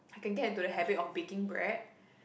I can get into the habit of baking bread